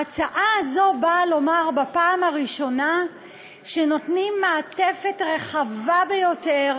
ההצעה הזו באה לומר בפעם הראשונה שנותנים מעטפת רחבה ביותר,